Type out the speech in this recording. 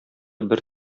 бер